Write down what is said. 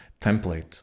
template